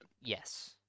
yes